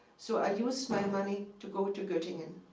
so i used my money to go to gottingen